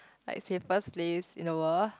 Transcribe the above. like safest place in the world